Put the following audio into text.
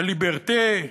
ה-Liberte',